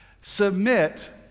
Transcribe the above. Submit